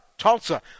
Tulsa